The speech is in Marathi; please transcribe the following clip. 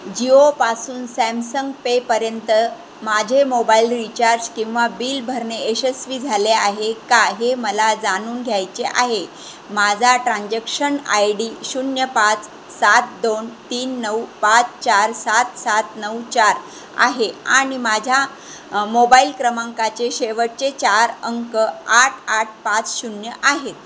जिओपासून सॅमसंग पेपर्यंत माझे मोबाईल रीचार्ज किंवा बिल भरणे यशस्वी झाले आहे का हे मला जाणून घ्यायचे आहे माझा ट्रान्झॅक्शन आय डी शून्य पाच सात दोन तीन नऊ पाच चार सात सात नऊ चार आहे आणि माझ्या मोबाईल क्रमांकाचे शेवटचे चार अंक आठ आठ पाच शून्य आहेत